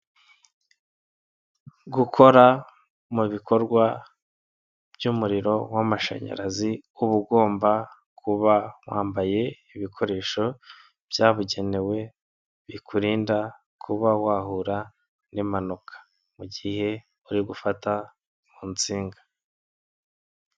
Gukora mu bikorwa by'umuriro w'amashanyarazi, uba ugomba kuba wambaye ibikoresho byabugenewe bikurinda kuba wahura n'impanuka mu gihe uri gufata ku nsinga.